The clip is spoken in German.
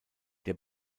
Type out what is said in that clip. der